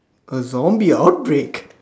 a zombie outbreak